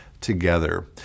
together